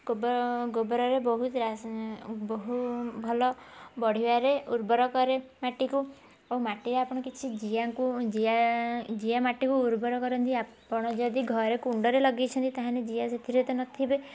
ଗୋବରରେ ବହୁତ ବହୁ ଭଲ ବଢ଼ିବାରେ ଉର୍ବର କରେ ମାଟିକୁ ଓ ମାଟିରେ ଆପଣ କିଛି ଜିଆଙ୍କୁ ଜିଆ ଜିଆ ମାଟିକୁ ଉର୍ବର କରନ୍ତି ଆପଣ ଯଦି ଘରେ କୁଣ୍ଡରେ ଲଗାଇଛନ୍ତି ତାହେଲେ ଜିଆ ସେଥିରେ ତ ନଥିବେ